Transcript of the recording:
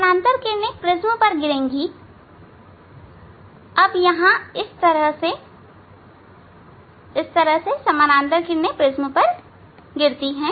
समानांतर किरणें प्रिज्म पर गिरेगी अब यहां इस तरह समानांतर किरणें प्रिज्म पर गिरेगी